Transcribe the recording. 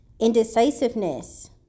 indecisiveness